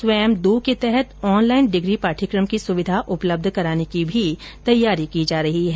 स्वयं दो के तहत अहनलाइन डिग्री पाठबक्रम की सुविधा उपलब्ध कराने की भी तैयारी है